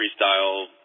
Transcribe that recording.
freestyle